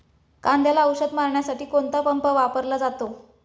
कांद्याला औषध मारण्यासाठी कोणता पंप वापरला जातो?